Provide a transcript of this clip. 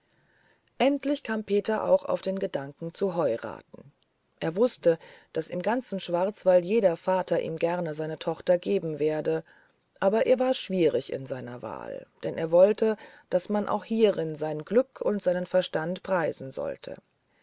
endlich kam peter auch auf den gedanken zu heuraten er wußte daß im ganzen schwarzwald jeder vater ihm gerne seine tochter geben werde aber er war schwierig in seiner wahl denn er wollte daß man auch hierin sein glück und seinen verstand preisen sollte